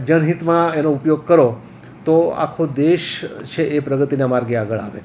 જનહિતમાં એનો ઉપયોગ કરો તો આખો દેશ છે એ પ્રગતિના માર્ગે આગળ આવે